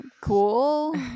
cool